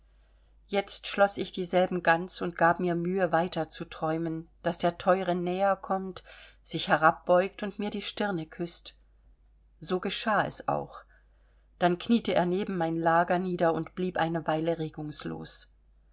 jetzt schloß ich dieselben ganz und gab mir mühe weiter zu träumen daß der teuere näher kommt sich herabbeugt und mir die stirne küßt so geschah es auch dann kniete er neben mein lager nieder und blieb eine weile regungslos